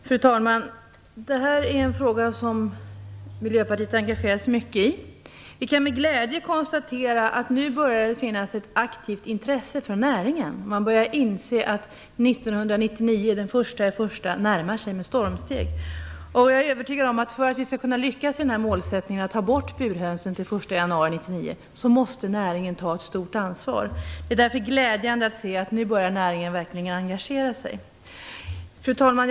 Fru talman! Det här är en fråga som Miljöpartiet har engagerat sig mycket i. Vi kan med glädje konstatera att det nu börjar finnas ett aktivt intresse från näringens sida. Man börjar inse att den 1 januari 1999 närmar sig med stormsteg. För att vi skall kunna lyckas med målsättningen att få bort burhönsen till den 1 januari 1999 är jag helt övertygad om att näringen måste ta ett stort ansvar. Därför är det glädjande att se att näringen nu verkligen börjar engagera sig. Fru talman!